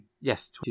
yes